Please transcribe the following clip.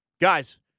Guys